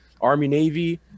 Army-Navy